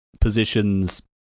positions